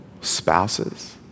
spouses